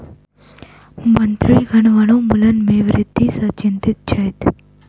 मंत्रीगण वनोन्मूलन में वृद्धि सॅ चिंतित छैथ